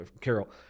Carol